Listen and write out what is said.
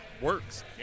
works